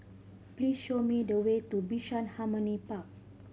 please show me the way to Bishan Harmony Park